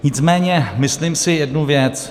Nicméně myslím si jednu věc.